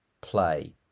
play